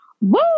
Woo